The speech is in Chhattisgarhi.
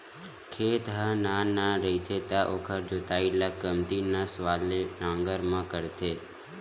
खेत ह नान नान रहिथे त ओखर जोतई ल कमती नस वाला नांगर म करथे